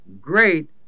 great